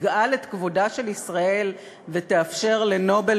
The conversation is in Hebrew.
שתגאל את כבודה של ישראל ותאפשר ל"נובל"